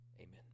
amen